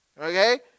okay